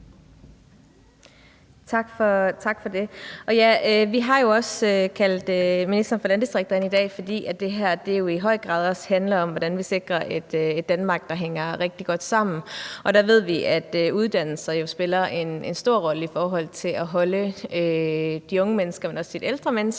vi har jo kaldt ministeren for landdistrikter ind i dag, fordi det her jo i høj grad handler om, hvordan vi sikrer et Danmark, der hænger rigtig godt sammen. Og vi ved, at uddannelse spiller en stor rolle i forhold til at holde de unge mennesker, men også de ældre mennesker